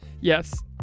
Yes